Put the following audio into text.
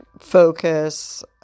focus